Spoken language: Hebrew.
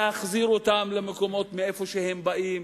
להחזיר אותם למקומות שמהם הם באים,